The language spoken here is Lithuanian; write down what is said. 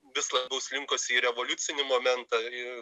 vis labiau slinkosi į revoliucinį momentą į